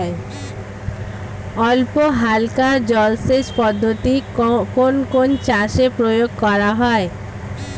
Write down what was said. অল্পহালকা জলসেচ পদ্ধতি কোন কোন চাষে প্রয়োগ করা হয়?